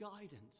guidance